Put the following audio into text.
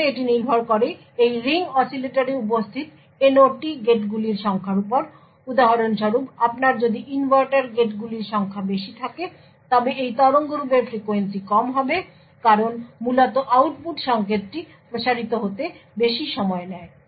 প্রথমে এটি নির্ভর করে এই রিং অসিলেটরে উপস্থিত NOT গেটগুলির সংখ্যার উপর উদাহরণস্বরূপ আপনার যদি ইনভার্টার গেটগুলির সংখ্যা বেশি থাকে তবে এই তরঙ্গরূপের ফ্রিকোয়েন্সি কম হবে কারণ মূলত আউটপুট সংকেতটি প্রসারিত হতে বেশি সময় নেয়